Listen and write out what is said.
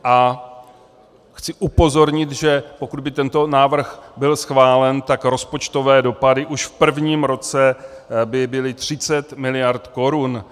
A chci upozornit, že pokud by tento návrh byl schválen, tak rozpočtové dopady už v prvním roce by byly 30 miliard korun.